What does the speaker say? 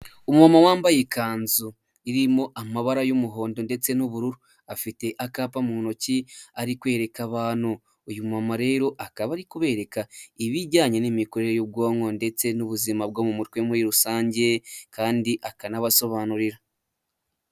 Umuntu wambaye ikanzu irimo amabara y'umuhondo ndetse n'ubururu afite akapa mu ntoki ari kwereka abantu uyu muntu rero akaba ari kubereka ibijyanye n'imikorere y'ubwonko ndetse n'ubuzima bwo mu mutwe muri rusange kandi akanabasobanurira.